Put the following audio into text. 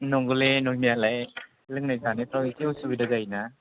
नंगौलै नंनायालाय लोंनाय जानायफ्राव एसे उसुबिदा जायोना